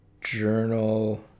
journal